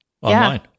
online